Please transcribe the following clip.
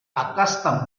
accustomed